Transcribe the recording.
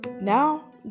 now